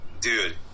dude